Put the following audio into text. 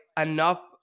enough